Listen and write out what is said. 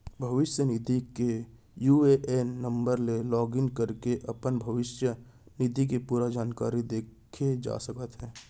भविस्य निधि के यू.ए.एन नंबर ले लॉगिन करके अपन भविस्य निधि के पूरा जानकारी देखे जा सकत हे